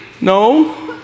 No